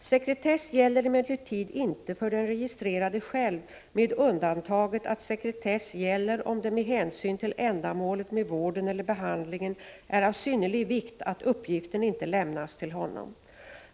Sekretess gäller emellertid inte för den registrerade själv med undantaget att sekretess gäller om det med hänsyn till ändamålet med vården eller behandlingen är av synnerlig vikt att uppgiften inte lämnas till honom.